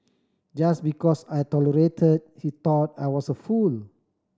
just because I tolerate he thought I was a fool